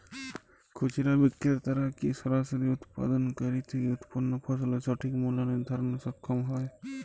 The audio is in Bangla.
খুচরা বিক্রেতারা কী সরাসরি উৎপাদনকারী থেকে উৎপন্ন ফসলের সঠিক মূল্য নির্ধারণে সক্ষম হয়?